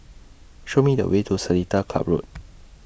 Show Me The Way to Seletar Club Road